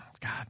God